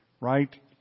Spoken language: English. Right